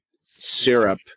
syrup